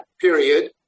period